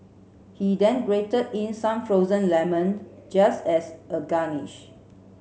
he then grated in some frozen lemon just as a garnish